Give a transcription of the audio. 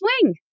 swing